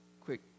quick